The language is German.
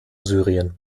syrien